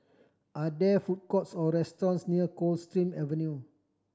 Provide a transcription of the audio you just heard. are there food courts or restaurants near Coldstream Avenue